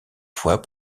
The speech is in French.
fois